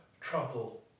trouble